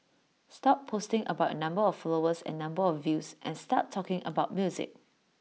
stop posting about your number of followers and number of views and start talking about music